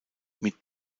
mit